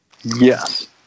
Yes